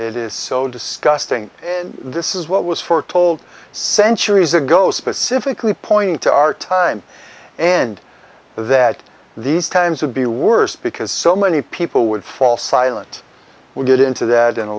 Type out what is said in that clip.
it is so disgusting and this is what was foretold centuries ago specifically point to our time and that these times would be worse because so many people would fall silent we'll get into that in a